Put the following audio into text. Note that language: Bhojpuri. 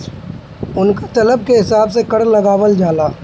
उनका तलब के हिसाब से कर लगावल जाला